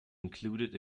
included